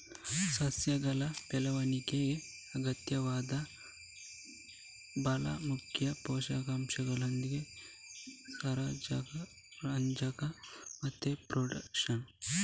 ಸಸ್ಯಗಳ ಬೆಳವಣಿಗೆಗೆ ಅಗತ್ಯವಾದ ಭಾಳ ಮುಖ್ಯ ಪೋಷಕಾಂಶಗಳೆಂದರೆ ಸಾರಜನಕ, ರಂಜಕ ಮತ್ತೆ ಪೊಟಾಷ್